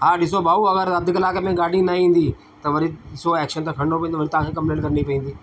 हा ॾिसो भाऊ अगरि अधु कलाकु में गाॾी न ईन्दी त वरी सुबुह जो एक्शन त खणिणो पवन्दो वरी तव्हांखे कंपलेंट करिणी पवन्दी